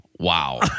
Wow